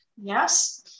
yes